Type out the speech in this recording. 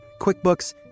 QuickBooks